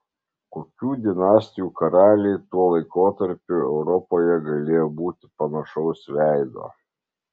kokių dinastijų karaliai tuo laikotarpiu europoje galėjo būti panašaus veido